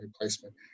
replacement